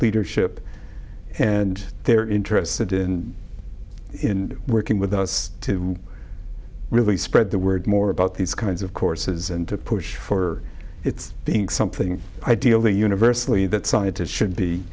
leadership and they're interested in working with us to really spread the word more about these kinds of courses and to push for its being something ideal the university that scientists should